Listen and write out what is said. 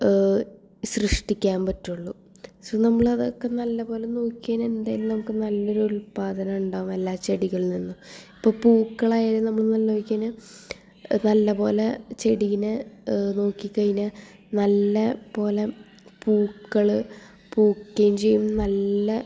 സൃഷ്ടിക്കാൻ പറ്റുള്ളു സൊ നമ്മളതൊക്കെ നല്ല പോലെ നോക്കിയാൽ എന്തായാലും നമുക്ക് നല്ലൊരു ഉൽപാദനമുണ്ടാവും എല്ലാ ചെടികളിൽ നിന്നും ഇപ്പോൾ പൂക്കളായാലും നമ്മൾ നല്ല പോലെ ചെടീനെ നോക്കി കഴിഞ്ഞാൽ നല്ല പോലെ പൂക്കൾ പൂക്കേം ചെയ്യും നല്ല